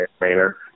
Maynard